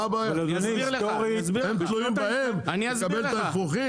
הם תלויים בהם לקבל את האפרוחים?